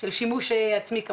הפללה של שימוש עצמי.